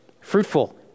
fruitful